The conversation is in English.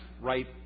right